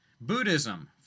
Buddhism